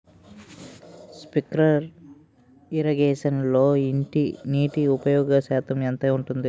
Sprinkler ఇరగేషన్లో నీటి ఉపయోగ శాతం ఎంత ఉంటుంది?